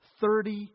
Thirty